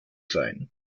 sein